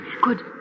Good